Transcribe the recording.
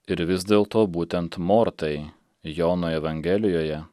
ir vis dėl to būtent mortai jono evangelijoje